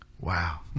Wow